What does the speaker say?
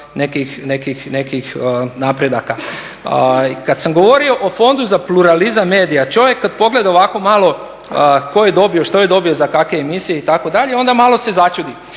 nekih napredaka. Kad sam govorio o fondu za … medija, čovjek kad pogleda ovako malo tko je dobio, što je dobio za kakve emisije, itd., onda malo se začudi.